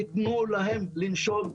תתנו להם לנשום,